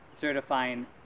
certifying